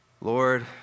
Lord